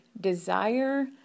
desire